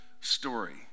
story